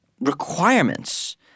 requirements